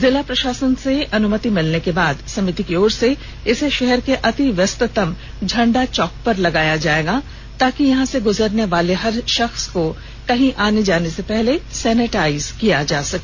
जिला प्रशासन से अनुमति मिलने के बाद समिति की ओर से इसे शहर के अतिव्यस्तम झंडा चौक पर लगाया जाएगा ताकि यहां से ग्जरने वाले हर शख्स को कहीं आने जाने से पहले सेनीटाइज किया जा सके